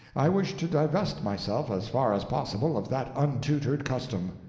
i wish to divest myself, as far as possible, of that untutored custom.